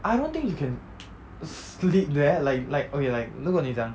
I don't think you can sleep there like like okay like 如果你讲